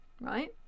right